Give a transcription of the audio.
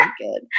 good